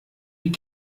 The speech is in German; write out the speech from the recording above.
die